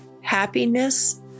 happiness